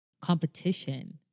competition